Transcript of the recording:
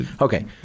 Okay